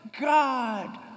God